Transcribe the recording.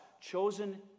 chosen